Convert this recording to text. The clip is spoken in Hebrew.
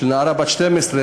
של נערה בת 12,